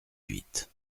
huit